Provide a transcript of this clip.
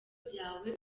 byawe